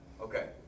Okay